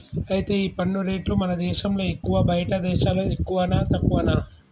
అయితే ఈ పన్ను రేట్లు మన దేశంలో ఎక్కువా బయటి దేశాల్లో ఎక్కువనా తక్కువనా